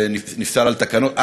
שנפסל על תקנות?